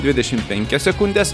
dvidešim penkias sekundes